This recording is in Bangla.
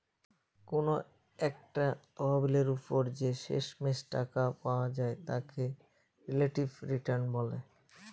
কোনো একটা তহবিলের ওপর যে শেষমেষ টাকা পাওয়া যায় তাকে রিলেটিভ রিটার্ন বলে